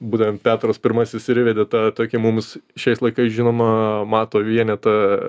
būtent petras pirmasis ir įvedė tą tokį mums šiais laikais žinomą mato vienetą